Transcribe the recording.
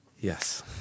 Yes